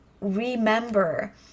remember